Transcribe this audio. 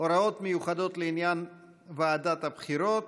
(הוראות מיוחדות לעניין ועדת הבחירות),